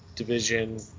Division